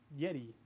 Yeti